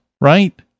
right